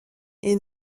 est